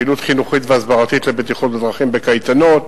פעילות חינוכית והסברתית לבטיחות בדרכים בקייטנות,